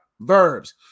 verbs